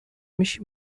میشی